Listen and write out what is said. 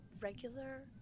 regular